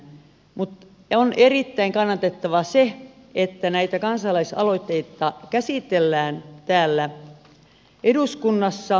mutta se on erittäin kannatettavaa että näitä kansalaisaloitteita käsitellään täällä eduskunnassa